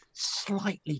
Slightly